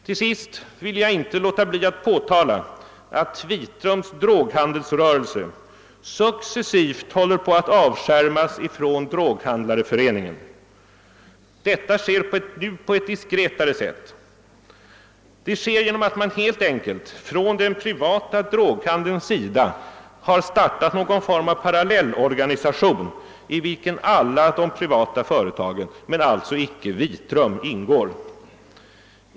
— Till sist vill jag inte låta bli att påtala, att Vitrums droghandelsrörelse successivt håller på att avskärmas från Droghandlareföreningen. Detta sker på ett mer diskret sätt. Man har helt enkelt från den privata droghandelns sida startat någon form av parallellorganisation i vilken alla de privata företagen, men alltså inte Vitrum, ingår.